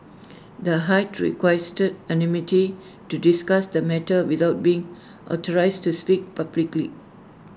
the high requested anonymity to discuss the matter without being authorised to speak publicly